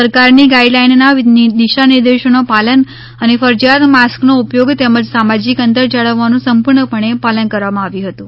સરકારની ગાઇડલાઇનના દિશાનિર્દેશોનું પાલન અને ફરજિયાત માસ્કનો ઉપયોગ તેમજ સામાજિક અંતર જાળવવાનું સંપૂર્ણપણે પાલન કરવામાં આવ્યું હતું